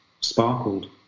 sparkled